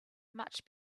much